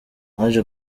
naje